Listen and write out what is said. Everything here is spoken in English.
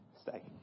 Stay